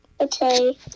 Okay